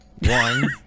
one